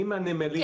אני מהנמלים.